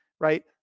right